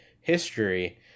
history